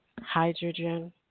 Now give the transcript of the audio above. hydrogen